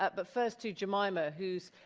but but first to jemima who's